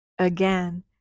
Again